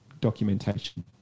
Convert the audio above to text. documentation